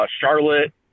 Charlotte